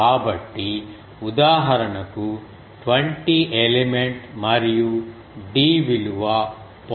కాబట్టి ఉదాహరణకు 20 ఎలిమెంట్ మరియు d విలువ 0